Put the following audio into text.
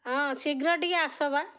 ହଁ ଶୀଘ୍ର ଟିକେ ଆସ ବା